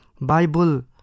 Bible